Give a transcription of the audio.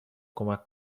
کمک